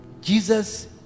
jesus